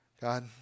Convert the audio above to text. God